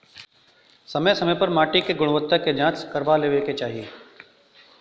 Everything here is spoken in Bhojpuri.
समय समय पे माटी के गुणवत्ता के जाँच करवा लेवे के चाही